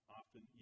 often